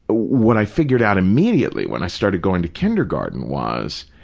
but when i figured out immediately, when i started going to kindergarten was,